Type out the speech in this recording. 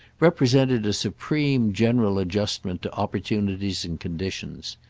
represented a supreme general adjustment to opportunities and conditions.